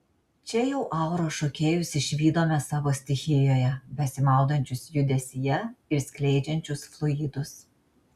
čia jau auros šokėjus išvydome savo stichijoje besimaudančius judesyje ir skleidžiančius fluidus